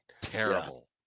Terrible